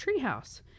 treehouse